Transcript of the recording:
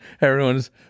everyone's